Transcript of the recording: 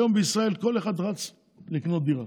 היום בישראל כל אחד רץ לקנות דירה.